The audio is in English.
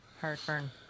Heartburn